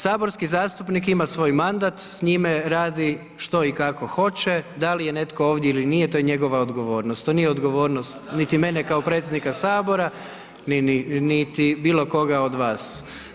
Saborski zastupnik ima svoj mandat, s njime radi što i kako hoće, da li je netko ovdje ili nije to je njegova odgovornost, to nije odgovornost niti mene kao predsjednika Sabora, niti bilo koga od vas.